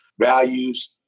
values